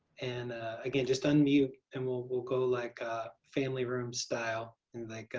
and again just unmute and we'll we'll go like family room style. and like